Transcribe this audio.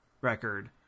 record